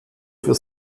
für